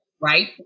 right